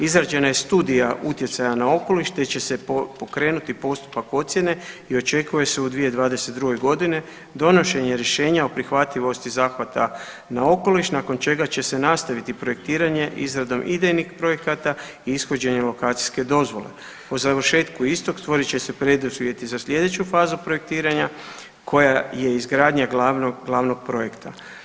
Izrađena je studija utjecaja na okoliš, te će se pokrenuti postupak ocijene i očekuje se u 2022.g. donošenje rješenja o prihvatljivosti zahvata na okoliš nakon čega će se nastaviti projektiranje izradom idejnih projekta i ishođenjem lokacijske dozvole po završetku istog stvorit će se preduvjeti za sljedeću fazu projektiranja koja je izgradnja glavnog projekta.